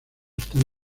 están